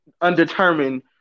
undetermined